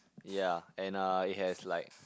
ya and uh it has like